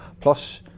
Plus